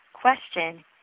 question